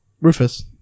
Rufus